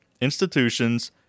institutions